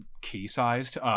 Key-sized